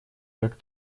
как